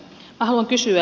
minä haluan kysyä